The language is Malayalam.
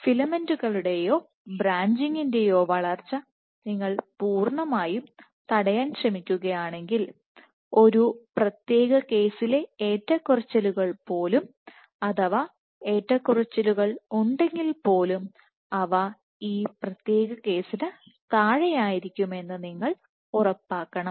ഫിലമെന്റുകളുടെയോ ബ്രാഞ്ചിംഗിന്റെയോ വളർച്ച നിങ്ങൾ പൂർണ്ണമായും തടയാൻ ശ്രമിക്കുകയാണെങ്കിൽ ഒരു പ്രത്യേക കേസിലെ ഏറ്റക്കുറച്ചിലുകൾ പോലും അഥവാ ഏറ്റക്കുറച്ചിലുകൾ ഉണ്ടെങ്കിൽ പോലും അവ ഈ പ്രത്യേക കേസിനു താഴെയായിരിക്കുമെന്ന് നിങ്ങൾ ഉറപ്പാക്കണം